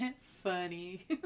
funny